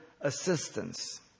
assistance